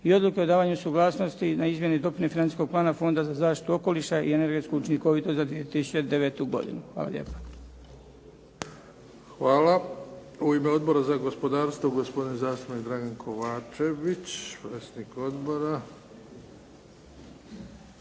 i Odluka o davanju suglasnosti na izmjene i dopune Financijskog plana Fonda za zaštitu okoliša i energetsku učinkovitost za 2009. godinu. Hvala lijepa. **Bebić, Luka (HDZ)** Hvala. U ime Odbora za gospodarstvo gospodin zastupnik Dragan Kovačević, predsjednik Odbora.